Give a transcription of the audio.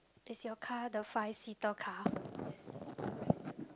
is your car the five seater car